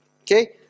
Okay